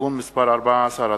(תיקון מס' 14),